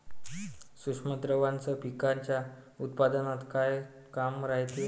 सूक्ष्म द्रव्याचं पिकाच्या उत्पन्नात का काम रायते?